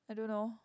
I don't know